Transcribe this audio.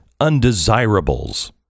undesirables